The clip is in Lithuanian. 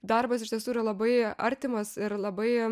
darbas iš tiesų yra labai artimas ir labai